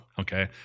okay